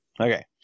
okay